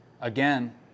Again